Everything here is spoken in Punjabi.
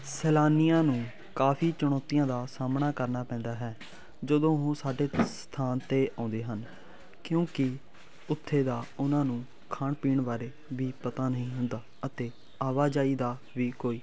ਸੈਲਾਨੀਆਂ ਨੂੰ ਕਾਫੀ ਚੁਣੌਤੀਆਂ ਦਾ ਸਾਹਮਣਾ ਕਰਨਾ ਪੈਂਦਾ ਹੈ ਜਦੋਂ ਉਹ ਸਾਡੇ ਸਥਾਨ 'ਤੇ ਆਉਂਦੇ ਹਨ ਕਿਉਂਕਿ ਉੱਥੇ ਦਾ ਉਹਨਾਂ ਨੂੰ ਖਾਣ ਪੀਣ ਬਾਰੇ ਵੀ ਪਤਾ ਨਹੀਂ ਹੁੰਦਾ ਅਤੇ ਆਵਾਜਾਈ ਦਾ ਵੀ ਕੋਈ